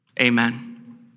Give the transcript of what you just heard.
Amen